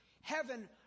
Heaven